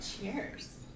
Cheers